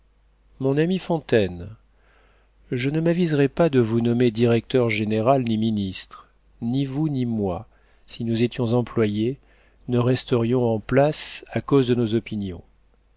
mon ami fontaine je ne m'aviserais pas de vous nommer directeur-général ni ministre ni vous ni moi si nous étions employés ne resterions en place à cause de nos opinions